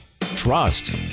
trust